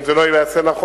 אם זה לא ייעשה נכון,